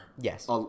Yes